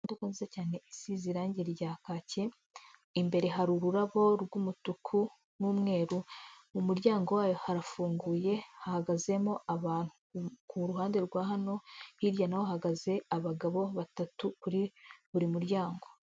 Imodoka nziza cyane isize irange rya kake, imbere hari ururabo rw'umutuku n'umweru, mu muryango wayo harafunguye hahagazemo abantu, ku ruhande rwa hano hirya naho hahagaze abagabo batatu kuri buri muryango.